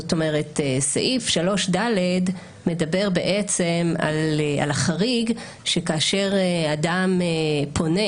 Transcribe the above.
זאת אומרת, סעיף 3ד מדבר על החריג, שכאשר אדם פונה